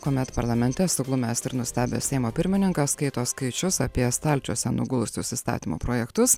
kuomet parlamente suglumęs ir nuostabęs seimo pirmininkas skaito skaičius apie stalčiuose nugulusius įstatymo projektus